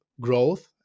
growth